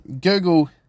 Google